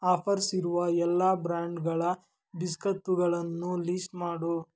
offers ಇರುವ ಎಲ್ಲ ಬ್ರ್ಯಾಂಡ್ಗಳ ಬಿಸ್ಕತ್ತುಗಳನ್ನು ಲೀಸ್ಟ್ ಮಾಡು